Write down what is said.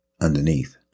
underneath